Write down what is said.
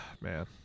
Man